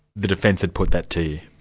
the defence had put that to you?